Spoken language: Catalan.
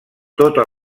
tota